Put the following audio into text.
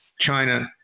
China